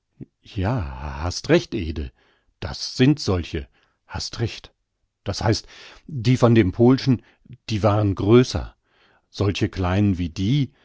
ja hast recht ede das sind solche hast recht das heißt die von dem pohlschen die waren größer solche kleinen wie die